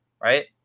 right